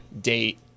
date